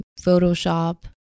Photoshop